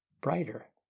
Brighter